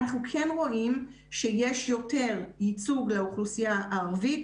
אנחנו כן רואים שיש יותר ייצוג לאוכלוסייה הערבית,